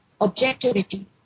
objectivity